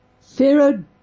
Pharaoh